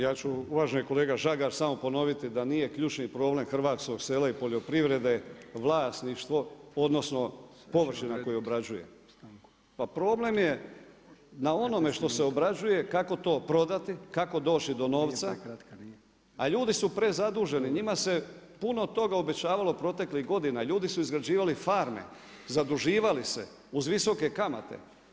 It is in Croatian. Ja ću uvaženi kolega Žagar, samo ponoviti, da nije ključni problem hrvatskog sela i poljoprivrede vlasništvo odnosno površina koju obrađuje, pa problem je na onome što se obrađuje kako to prodati, kako doći do novca, a ljudi su prezaduženi, njima se puno toga obećavalo proteklih godina, ljudi su izgrađivali farme, zaduživali se uz visoke kamate.